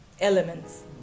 elements